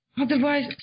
Otherwise